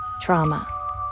Trauma